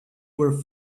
were